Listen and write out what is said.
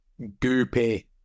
goopy